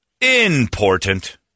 important